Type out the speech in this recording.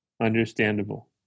understandable